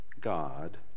God